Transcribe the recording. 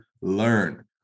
learn